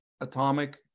atomic